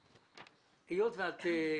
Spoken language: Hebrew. היות ויש לך